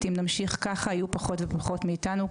אם נמשיך ככה יהיו פחות ופחות מאיתנו,